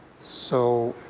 so